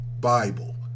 Bible